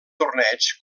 torneigs